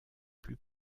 plus